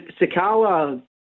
Sakala